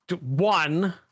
one